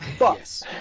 Yes